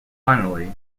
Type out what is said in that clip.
finally